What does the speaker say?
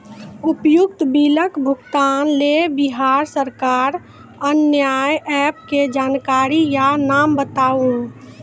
उक्त बिलक भुगतानक लेल बिहार सरकारक आअन्य एप के जानकारी या नाम बताऊ?